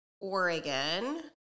Oregon